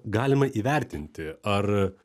galima įvertinti ar